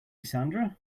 sandra